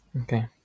okay